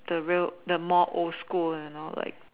the real the more old school and all like